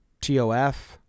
TOF